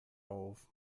auf